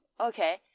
okay